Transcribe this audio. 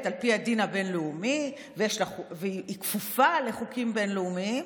על פי הדין הבין-לאומי ושהיא כפופה לחוקים בין-לאומיים,